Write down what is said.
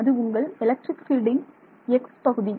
அது உங்கள் எலக்ட்ரிக் பீல்டின் x பகுதி